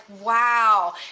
wow